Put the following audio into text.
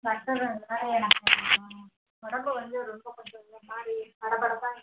doctor இந்தமாதிரி எனக்கு உடம்பு வந்து ரொம்ப கொஞ்சம் ஒருமாதிரி படபடப்பாக இருக்குது